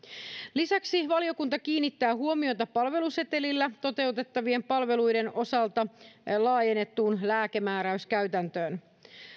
lisäksi valiokunta kiinnittää huomiota palvelusetelillä toteutettavien palveluiden osalta laajennettuun lääkemääräyskäytäntöön